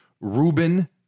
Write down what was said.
Ruben